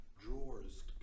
drawers